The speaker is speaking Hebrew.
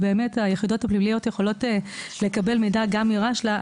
ובאמת היחידות הפנימיות יכולות לקבל מידע גם ברשל"א,